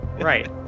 Right